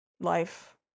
Life